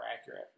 accurate